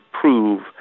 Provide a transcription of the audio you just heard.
prove